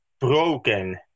broken